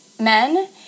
men